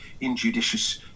injudicious